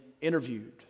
interviewed